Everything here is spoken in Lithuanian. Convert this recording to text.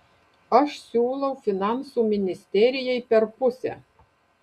aš siūlau finansų ministerijai per pusę